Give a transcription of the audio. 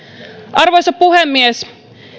arvoisa puhemies